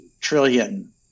trillion